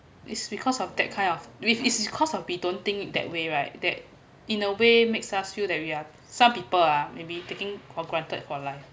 it's because of that kind of it's it's because of we don't think that way right that in a way makes us feel that we are some people ah maybe taking for granted for life